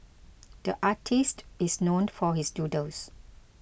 the artist is known for his doodles